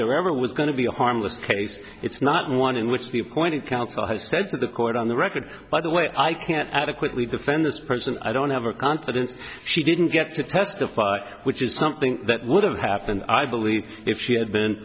there ever was going to be a harmless case it's not one in which the appointed counsel has said to the court on the record by the way i can't adequately defend this person i don't have a confidence she didn't get to testify which is something that would have happened i believe if she had been